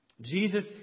Jesus